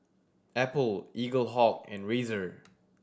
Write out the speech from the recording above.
Apple Eaglehawk and Razer